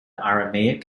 aramaic